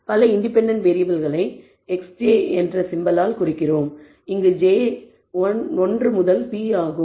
பல இண்டிபெண்டன்ட் வேறியபிள்களை xj என்ற சிம்பலால் குறிக்கிறோம் இங்கு j 1 முதல் p ஆகும்